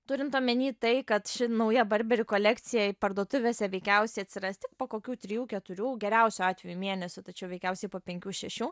turint omeny tai kad ši nauja barberi kolekcija parduotuvėse veikiausiai atsiras po kokių trijų keturių geriausiu atveju mėnesių tačiau veikiausiai po penkių šešių